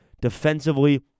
defensively